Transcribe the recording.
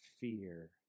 fear